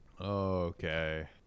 okay